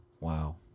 Wow